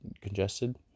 congested